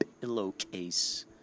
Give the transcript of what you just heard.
Pillowcase